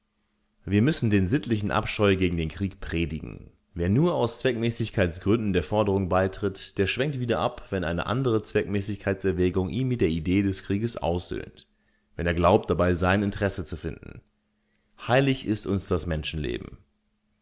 wir müssen den sittlichen abscheu gegen den krieg predigen wer nur aus zweckmäßigkeitsgründen der forderung beitritt der schwenkt wieder ab wenn eine andere zweckmäßigkeitserwägung ihn mit der idee des krieges aussöhnt wenn er glaubt dabei sein interesse zu finden heilig ist uns das menschenleben